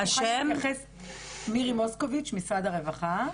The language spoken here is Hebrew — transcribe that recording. מירי מוסקוביץ, משרד הרווחה.